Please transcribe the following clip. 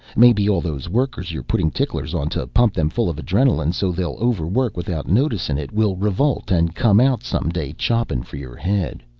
maybe all those workers you're puttin' ticklers on to pump them full of adrenaline so they'll overwork without noticin' it will revolt and come out some day choppin' for your head.